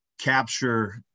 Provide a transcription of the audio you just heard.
capture